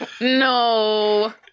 No